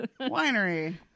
Winery